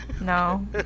no